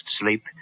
sleep